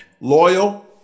loyal